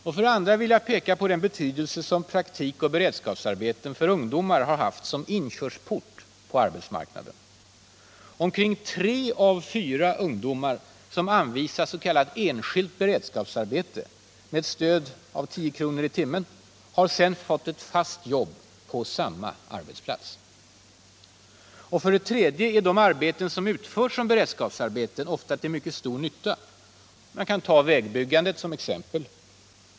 För det andra vill jag peka på den betydelse som praktikoch beredskapsarbeten för ungdomar har haft som inkörsport till arbetsmarknaden. Omkring tre av fyra ungdomar som anvisats s.k. enskilt beredskapsarbete med stöd av ett bidrag på 10 kr. i timmen har sedan fått fast jobb på samma arbetsplats. För det tredje är de arbeten som utförs som beredskapsarbeten ofta till mycket stor nytta. Man kan ta vägbyggandet som exempel.